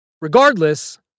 Regardless